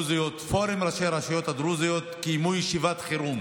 פורום ראשי הרשויות הדרוזיות קיימו ישיבת חירום